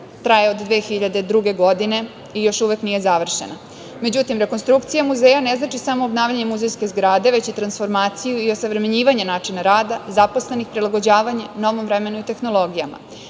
traje od 2000. godine i još uvek nije završena.Međutim, rekonstrukcija muzeja ne znači samo obnavljanje muzejske zgrade, već i transformaciju i osavremenjivanje načina rada zaposlenih, prilagođavanje novom vremenu i tehnologijama.